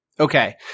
Okay